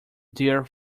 dear